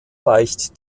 weicht